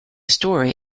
story